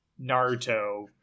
Naruto